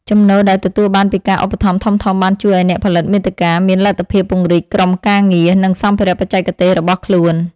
ចំណូលដែលទទួលបានពីការឧបត្ថម្ភធំៗបានជួយឱ្យអ្នកផលិតមាតិកាមានលទ្ធភាពពង្រីកក្រុមការងារ និងសម្ភារៈបច្ចេកទេសរបស់ខ្លួន។